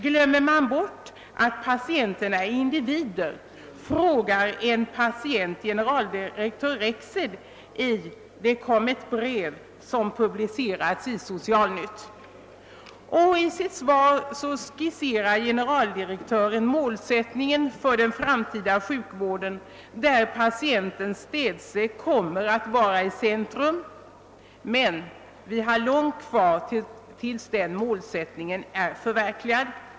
Glömmer man bort att patienterna är individer, frågar en patient generaldirektör Rexed under rubriken »Det kom ett brev» i »Socialnytt». I sitt svar skisserar generaldirektören målsättningen för den framtida sjukvården, där patienten städse kommer att vara i centrum. Men vi har långt kvar tills den målsättningen är förverkligad.